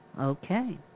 Okay